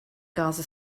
gaza